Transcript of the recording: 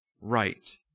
right